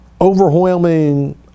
overwhelming